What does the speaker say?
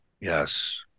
yes